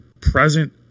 present